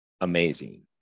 amazing